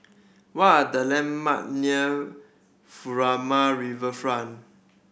what are the landmark near Furama Riverfront